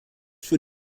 für